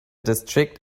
district